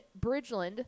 Bridgeland